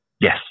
Yes